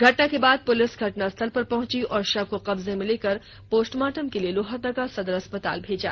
घटना के बाद पुलिस घटनास्थल पर पहुंची और शव को कब्जे में लेकर पोस्टमार्टम के लिए लोहरदगा सदर अस्पताल भेजा